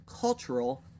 cultural